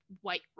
white